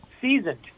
seasoned